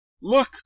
look